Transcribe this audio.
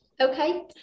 Okay